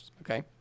Okay